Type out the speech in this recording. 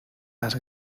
las